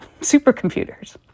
supercomputers